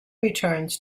returns